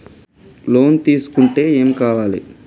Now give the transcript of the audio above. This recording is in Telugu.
లోన్ తీసుకుంటే ఏం కావాలి?